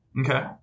okay